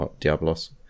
Diablos